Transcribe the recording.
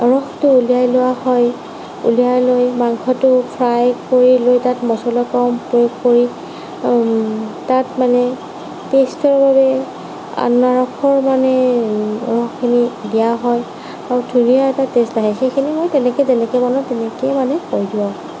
ৰসতো উলিয়াই লোৱা হয় উলিয়াই লৈ মাংসটো ফ্ৰাই কৰি লৈ তাত মচলা কম পৰিমাণৰ প্ৰয়োগ কৰি তাত মানে পেস্টৰ দৰে আনাৰসৰ মানে ৰসখিনি দিয়া হয় আৰু ধুনীয়া এটা টেষ্ট আহে সেইখিনি মানে যেনেকে বনায় তেনেকে হয়গে আৰু